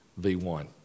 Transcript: V1